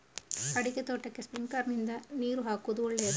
ಅಡಿಕೆ ತೋಟಕ್ಕೆ ಸ್ಪ್ರಿಂಕ್ಲರ್ ನಿಂದ ನೀರು ಹಾಕುವುದು ಒಳ್ಳೆಯದ?